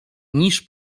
niż